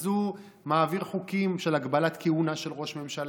אז הוא מעביר חוקים של הגבלת כהונה של ראש ממשלה,